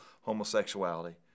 homosexuality